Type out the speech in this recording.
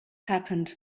happened